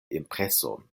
impreson